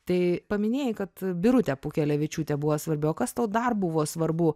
tai paminėjai kad birutė pūkelevičiūtė buvo svarbiau o kas tau dar buvo svarbu